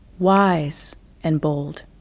wise and bold.